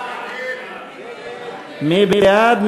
מי בעד?